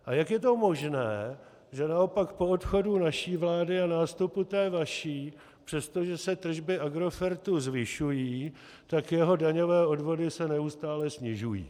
A jak je to možné, že naopak po odchodu naší vlády a nástupu té vaší, přestože se tržby Agrofertu zvyšují, tak jeho daňové odvody se neustále snižují?